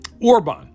Orban